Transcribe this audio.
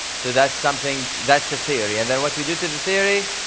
so that's something, that's the theory. and and what we do to the theory,